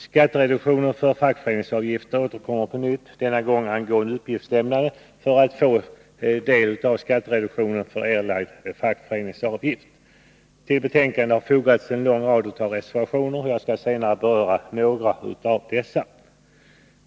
Skattereduktionen för fackföreningsavgifter återkommer, denna gång angående uppgiftslämnandet för att få skattereduktion för erlagd fackföreningsavgift. Till betänkandet har fogats en lång rad reservationer, och jag skall senare beröra några av dessa.